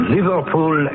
Liverpool